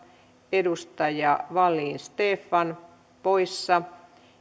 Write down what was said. edustaja wallin stefan poissa